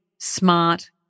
smart